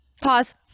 Pause